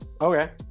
Okay